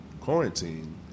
quarantine